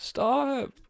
Stop